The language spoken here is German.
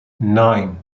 nein